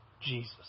Jesus